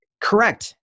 Correct